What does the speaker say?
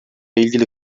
ilgili